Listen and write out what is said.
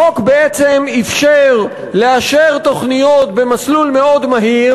החוק בעצם אפשר לאשר תוכניות במסלול מאוד מהיר,